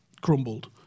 Crumbled